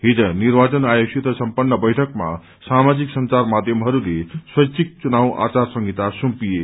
हिज निर्वाचन आयोगसित सम्पन्न बैठकमा सामाजिक संचार माध्यमहरूले स्वैच्छिक चुनाव आचार संहिता सुम्पिए